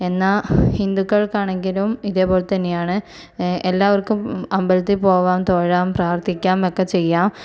എന്നാൽ ഹിന്ദുക്കൾക്ക് ആണെങ്കിലും ഇതേപോലെ തന്നെ ആണ് എല്ലാവർക്കും അമ്പലത്തിൽ പോകാം തൊഴാം പ്രാർത്ഥിക്കാം ഒക്കെ ചെയ്യാം